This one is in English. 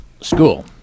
School